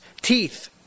Teeth